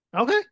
Okay